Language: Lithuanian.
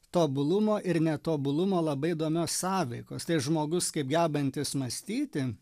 tobulumo ir netobulumo labai įdomios sąveikos tai žmogus kaip gebantis mąstyti